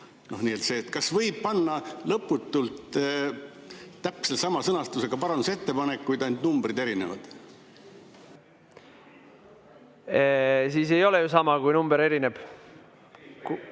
Kas võib teha lõputult täpselt sama sõnastusega parandusettepanekuid, nii et ainult numbrid erinevad? Siis ei ole ju sama, kui number erineb.